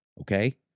Okay